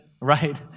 right